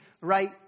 right